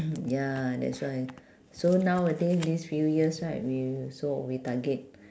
ya that's why so nowadays these few years right we so we target